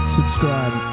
Subscribe